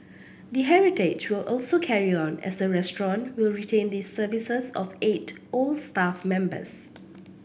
the heritage will also carry on as the restaurant will retain the services of eight old staff members